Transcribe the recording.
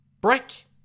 Brick